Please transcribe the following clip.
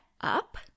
up